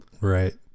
right